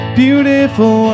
beautiful